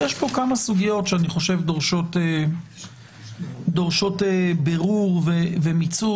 יש פה כמה סוגיות שדורשות בירור ומיצוי.